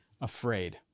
afraid